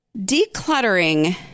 Decluttering